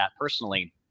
personally